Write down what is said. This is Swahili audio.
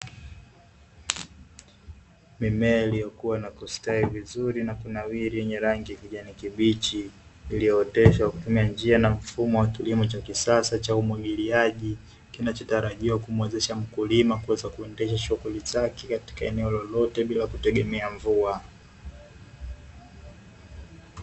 Mimea iliyokua na kustawi vizuri na kunawiri, yenye rangi ya kijani kibichi, iliyooteshwa kwa kutumia njia na mfumo wa kilimo cha kisasa cha umwagiliaji, kinachotarajia kumuwezesha mkulima kuendesha shughuli zake katika eneo lolote bila kutegemea mvua.